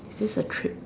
is this a trick